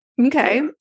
Okay